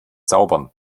zaubern